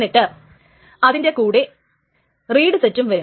എന്നിട്ട് അതിന്റെ കൂടെ റീഡ് സെറ്റ് വരും